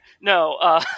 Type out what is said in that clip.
No